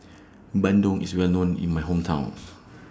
Bandung IS Well known in My Hometown